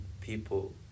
people